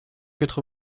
quatre